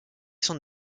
son